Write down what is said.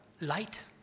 light